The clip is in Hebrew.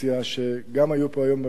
שגם היו פה היום במליאה